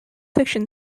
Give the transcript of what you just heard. fiction